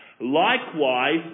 Likewise